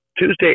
Tuesday